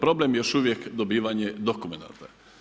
Problem je još uvijek dobivanje dokumenata.